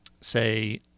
say